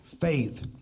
faith